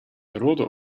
rode